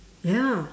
ya